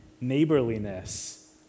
neighborliness